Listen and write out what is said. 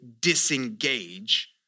disengage